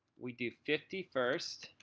we do fifty first,